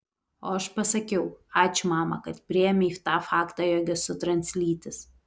o aš pasakiau ačiū mama kad priėmei tą faktą jog esu translytis